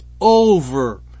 over